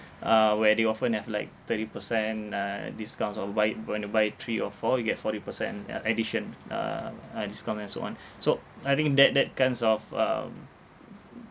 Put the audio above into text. uh where they often have like thirty percent uh discounts or you buy it when you buy it three or four you get forty percent ya addition uh uh discounts and so on so I think that that kinds of um